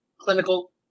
clinical